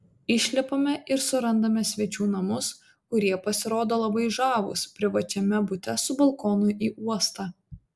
išlipame ir surandame svečių namus kurie pasirodo labai žavūs privačiame bute su balkonu į uostą